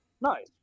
nice